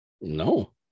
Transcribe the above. no